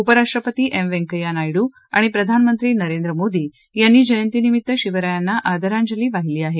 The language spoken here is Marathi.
उपराष्ट्रपती एम व्यंकय्या नायडू आणि प्रधानमंत्री नरेंद्र मोदी यांनी जयंतीनिमित्त शिवरायांना आदरांजली वाहिली आहे